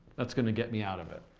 that's going to get me out of it.